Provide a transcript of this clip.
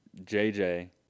JJ